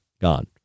gone